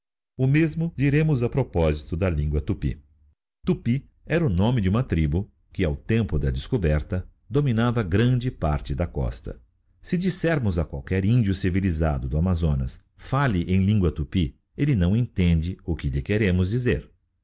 o mesmo diremos a propósito da lingua tupy tupy era o nome de uma tribu que ao tempo da descoberta dominava grande parte da costa se dissermos a qualquer indiocivilisado do amazonas falle em lingua tupy elle não entende o que lhe queremos dizer